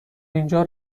اینجا